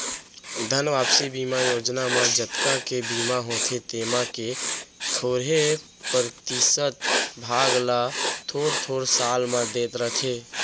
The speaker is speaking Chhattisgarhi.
धन वापसी बीमा योजना म जतका के बीमा होथे तेमा के थोरे परतिसत भाग ल थोर थोर साल म देत रथें